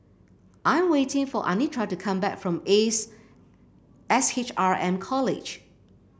I'm waiting for Anitra to come back from Ace S H R M College